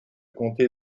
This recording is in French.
comté